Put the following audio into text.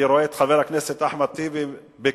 אני רואה את חבר הכנסת אחמד טיבי בקשב,